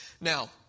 Now